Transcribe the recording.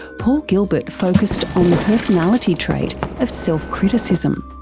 paul gilbert focussed on the personality trait of self-criticism.